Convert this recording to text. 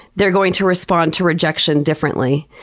they're going to respond to rejection differently.